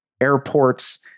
airports